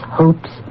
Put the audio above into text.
hopes